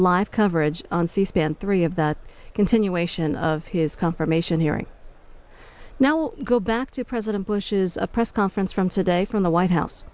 live coverage on c span three of that continuation of his confirmation hearing now we'll go back to president bush's a press conference from today from the white house